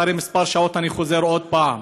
אחרי כמה שעות אני חוזר עוד פעם,